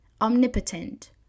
Omnipotent